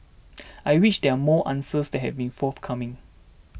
I wish that more answers had been forthcoming